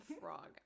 frog